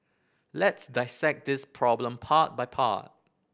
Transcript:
let's dissect this problem part by part